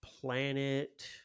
planet